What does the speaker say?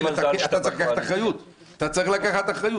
אתה צריך לקחת אחריות.